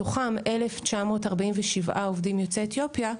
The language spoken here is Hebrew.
מתוכם, 1947 עובדים יוצאי אתיופיה,